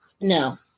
No